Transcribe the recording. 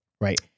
Right